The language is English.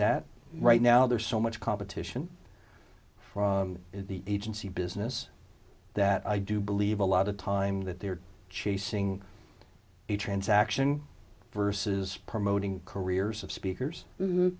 that right now there's so much competition from the agency business that i do believe a lot of time that they're chasing a transaction versus promoting careers of speakers